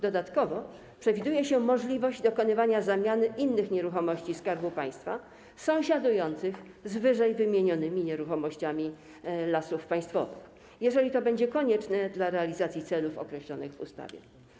Dodatkowo przewiduje się możliwość dokonywania zamiany innych nieruchomości Skarbu Państwa sąsiadujących z ww. nieruchomościami Lasów Państwowych, jeżeli będzie to konieczne dla realizacji celów określonych w ustawie.